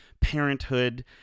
parenthood